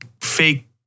fake